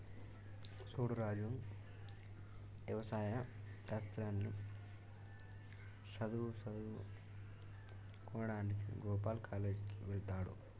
సూడు రాజు యవసాయ శాస్త్రాన్ని సదువువుకోడానికి గోపాల్ కాలేజ్ కి వెళ్త్లాడు